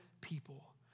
people